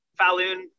Falun